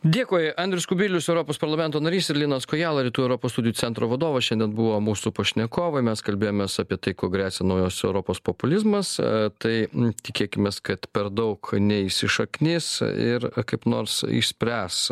dėkui andrius kubilius europos parlamento narys ir linas kojala rytų europos studijų centro vadovas šiandien buvo mūsų pašnekovai mes kalbėjomės apie tai kuo gresia naujosios europos populizmas tai tikėkimės kad per daug neįsišaknys ir kaip nors išspręs